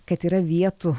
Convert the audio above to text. kad yra vietų